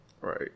Right